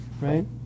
right